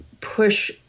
push